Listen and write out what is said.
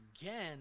Again